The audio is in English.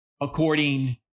according